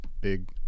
big